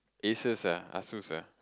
Asus ah Asus ah